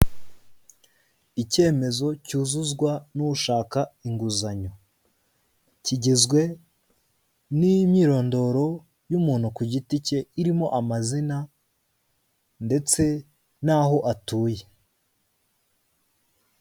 Icyemezo cyuzuzwa n'shaka inguzanyo kigizwe n'imyirondoro y'umuntu ku giti cye irimo amazina ndetse n'aho atuye.